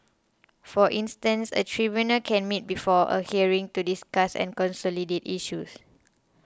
for instance a tribunal can meet before a hearing to discuss and consolidate issues